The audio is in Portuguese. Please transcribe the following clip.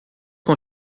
com